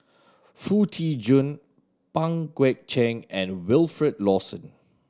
Foo Tee Jun Pang Guek Cheng and Wilfed Lawson